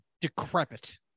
Decrepit